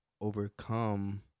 overcome